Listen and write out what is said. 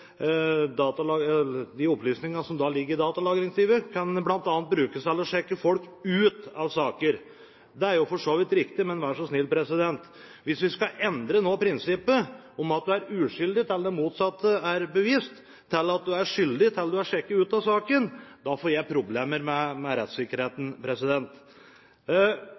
de opplysningene som ligger i datalagringsdirektivet, bl.a. kan brukes til å sjekke folk ut av saker. Det er jo for så vidt riktig, men vær så snill, hvis vi skal endre prinsippet om at en er uskyldig til det motsatte er bevist, til at en er skyldig til en er sjekket ut av saken, får jeg problemer med rettssikkerheten. Med